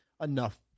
enough